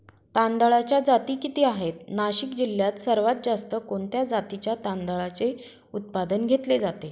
तांदळाच्या जाती किती आहेत, नाशिक जिल्ह्यात सर्वात जास्त कोणत्या जातीच्या तांदळाचे उत्पादन घेतले जाते?